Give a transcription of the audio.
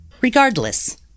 Regardless